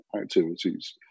activities